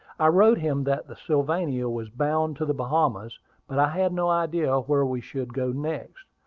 i wrote him that the sylvania was bound to the bahamas but i had no idea where we should go next,